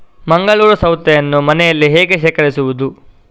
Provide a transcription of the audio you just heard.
ಮಂಗಳೂರು ಸೌತೆಯನ್ನು ಮನೆಯಲ್ಲಿ ಹೇಗೆ ಶೇಖರಿಸುವುದು?